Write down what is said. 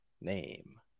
name